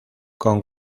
con